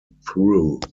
through